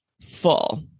full